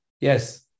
yes